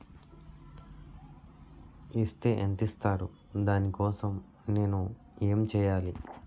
Is తే ఎంత ఇస్తారు దాని కోసం నేను ఎంచ్యేయాలి?